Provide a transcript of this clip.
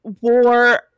war